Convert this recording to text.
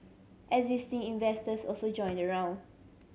existing investors also joined the round